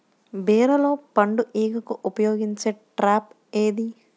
బీరలో పండు ఈగకు ఉపయోగించే ట్రాప్ ఏది?